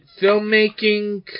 filmmaking